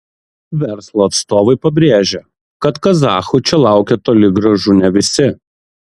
verslo atstovai pabrėžia kad kazachų čia laukia toli gražu ne visi